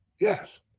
yes